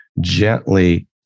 gently